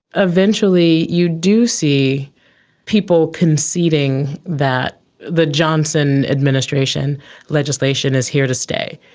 eventually you do see people conceding that the johnson administration legislation is here to stay.